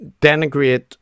denigrate